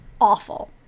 awful